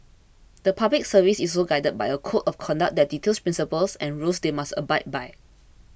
the Public Service is also guided by a code of conduct that details principles and rules they must abide by